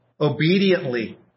obediently